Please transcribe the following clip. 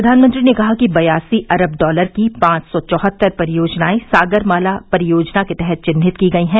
प्रधानमंत्री ने कहा कि बयासी अरब डॉलर की पांच सौ चौहत्तर परियोजनाए सागर माला परियोजना के तहत चिन्हित की गई हैं